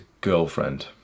girlfriend